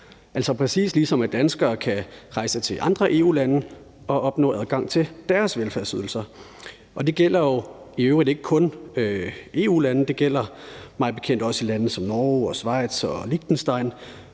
altså præcis ligesom danskere kan rejse til andre EU-lande og opnå adgang til deres velfærdsydelser. Det gælder i øvrigt ikke kun EU-lande; det gælder mig bekendt også lande som Norge, Schweiz og Liechtenstein.